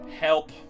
Help